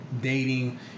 dating